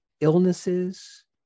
illnesses